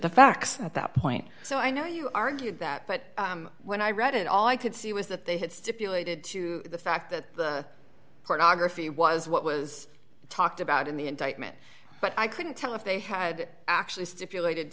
the facts at that point so i know you argued that but when i read it all i could see was that they had stipulated to the fact that pornography was what was talked about in the indictment but i couldn't tell if they had actually stipulated